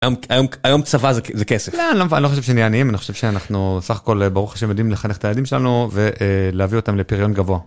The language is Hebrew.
היום צבא זה כסף. לא, אני לא חושב שנהיה עניים, אני חושב שאנחנו סך הכל ברוך השם יודעים לחנך את הילדים שלנו ולהביא אותם לפריון גבוה.